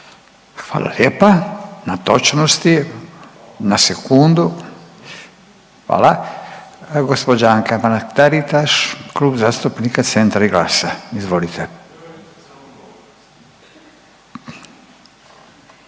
Hvala lijepa na točnosti na sekundu, hvala. Gospođa Anka Mrak Taritaš Klub zastupnika Centra i GLAS-a. Izvolite.